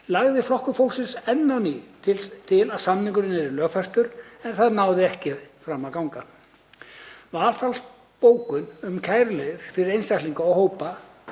lagði Flokkur fólksins enn á ný til að samningurinn yrði lögfestur, en það náði ekki fram að ganga. Valfrjáls bókun um kæruleið fyrir einstaklinga og hópa